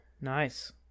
nice